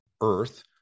Earth